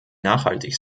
nachhaltig